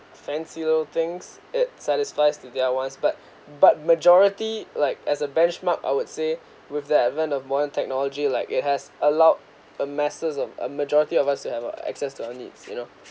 fancial things it satisfies to their wants but but majority like as a benchmark I would say with the advent of modern technology like it has allowed a masters of a majority of us you have access to your needs you know